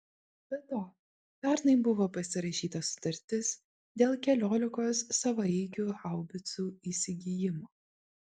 be to pernai buvo pasirašyta sutartis dėl keliolikos savaeigių haubicų įsigijimo